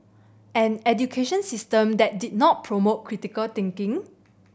an education system that did not promote critical thinking